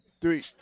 three